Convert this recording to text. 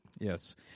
Yes